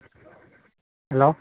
hello